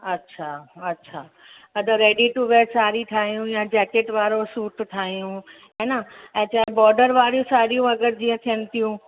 अच्छा अच्छा हा त रेडी टू वेयर साड़ी ठाहियूं या जैकेट वारो सूट ठाहियूं हा न ऐं छा हिन बॉडर वारियूं साड़ियूं अगरि जीअं थियनि थियूं